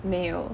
没有